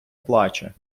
плаче